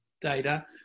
data